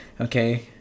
okay